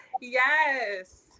Yes